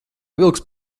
vilks